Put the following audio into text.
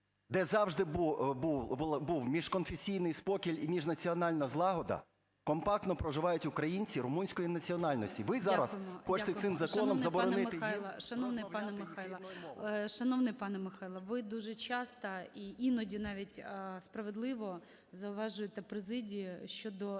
пане Михайло, шановний пане Михайло, ви дуже часто і іноді навіть справедливо зауважуєте президії щодо